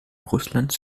russlands